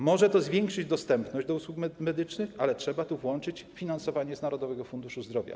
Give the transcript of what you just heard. Może to zwiększyć dostępność usług medycznych, ale trzeba włączyć finansowanie z Narodowego Funduszu Zdrowia.